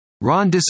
Ron